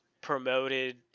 promoted